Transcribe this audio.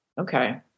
Okay